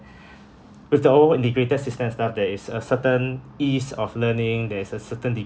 with the old integrated system and stuff there is a certain ease of learning there is a certainty degree